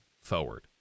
forward